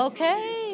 Okay